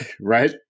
Right